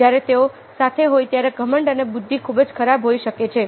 જ્યારે તેઓ સાથે હોય ત્યારે ઘમંડ અને બુદ્ધિ ખૂબ જ ખરાબ હોઈ શકે છે